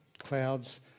clouds